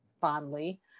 fondly